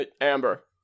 Amber